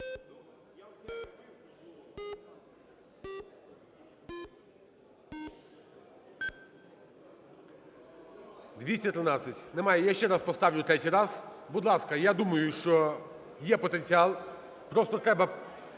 За-213 Немає. Я ще раз поставлю третій раз. Будь ласка, я думаю, що є потенціал, просто треба